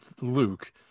Luke